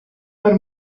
per